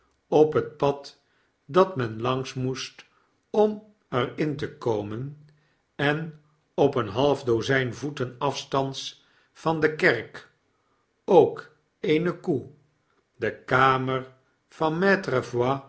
op het pad dat men langs moest om er in te komen en op een half dozyn voeten afstands van den klerk ook eene koe de kamer van